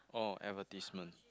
oh advertisement